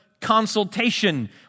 consultation